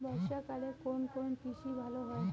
বর্ষা কালে কোন কোন কৃষি ভালো হয়?